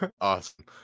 Awesome